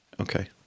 Okay